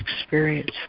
experience